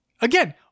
Again